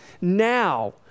now